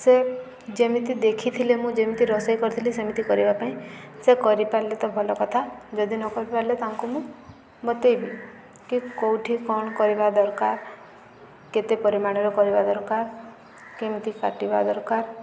ସେ ଯେମିତି ଦେଖିଥିଲେ ମୁଁ ଯେମିତି ରୋଷେଇ କରିଥିଲି ସେମିତି କରିବା ପାଇଁ ସେ କରିପାରିଲେ ତ ଭଲ କଥା ଯଦି ନ କରିପାରିଲେ ତାଙ୍କୁ ମୁଁ ବତେଇବି କି କୋଉଠି କ'ଣ କରିବା ଦରକାର କେତେ ପରିମାଣରେ କରିବା ଦରକାର କେମିତି କାଟିବା ଦରକାର